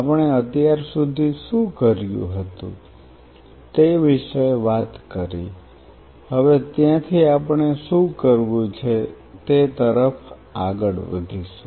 આપણે અત્યાર સુધી શુ કર્યું હતું તે વિશે વાત કરી હવે ત્યાંથી આપણે શું કરવું છે તે તરફ આગળ વધીશું